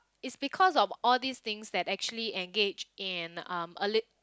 it's because of all these things that actually engage in um a lit~